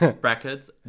Brackets